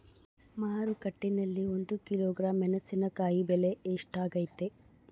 ಮಾರುಕಟ್ಟೆನಲ್ಲಿ ಒಂದು ಕಿಲೋಗ್ರಾಂ ಮೆಣಸಿನಕಾಯಿ ಬೆಲೆ ಎಷ್ಟಾಗೈತೆ?